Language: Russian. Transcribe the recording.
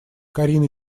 карина